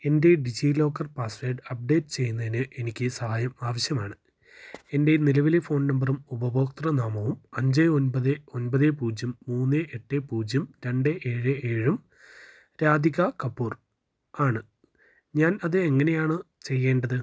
എൻ്റെ DigiLocker password update ചെയ്യു ന്നതിന് എനിക്ക് സഹായം ആവശ്യമാണ് എൻ്റെ നിലവിലെ ഫോൺ നമ്പറും ഉപഭോക്തൃ നാമവും അഞ്ച് ഒമ്പത് ഒമ്പത് പൂജ്യം മൂന്ന് എട്ട് പൂജ്യം രണ്ട് ഏഴ് ഏഴും രാധിക കപൂർ ആണ് ഞാൻ അത് എങ്ങനെയാണ് ചെയ്യേണ്ടത്